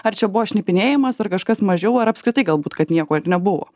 ar čia buvo šnipinėjimas ar kažkas mažiau ar apskritai galbūt kad nieko ir nebuvo